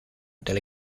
del